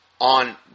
on